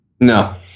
No